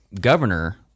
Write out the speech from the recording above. governor